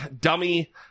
dummy